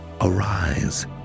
arise